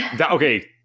Okay